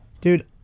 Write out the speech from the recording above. Dude